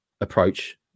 approach